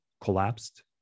collapsed